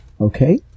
Okay